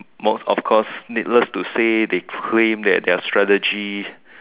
most of course needless to say they claim that their strategy